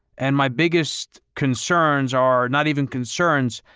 and my biggest concerns are not even concerns.